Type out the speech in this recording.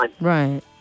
Right